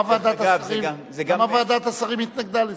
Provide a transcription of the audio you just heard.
דרך אגב, זה גם, למה ועדת השרים התנגדה לזה?